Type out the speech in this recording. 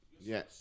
Yes